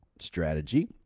strategy